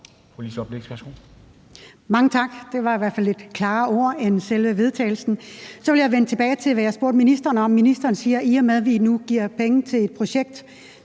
Mange tak. Det var i hvert fald klarere ord end i selve forslaget til vedtagelse. Så vil jeg vende tilbage til det, jeg spurgte ministeren om. Ministeren siger, at i og med at vi nu giver penge til et projekt,